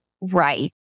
right